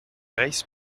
reiss